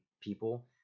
people